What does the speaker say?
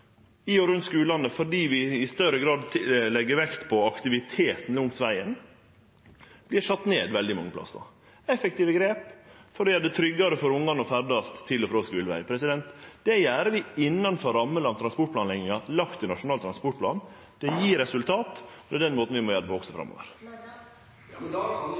i og rundt skulane vert sett ned veldig mange plassar – effektive grep for å gjera det tryggare for barna å ferdast til og frå skulen. Det gjer vi innanfor rammene av transportplanlegginga i Nasjonal transportplan. Det gjev resultat, og det er den måten vi må gjere det på også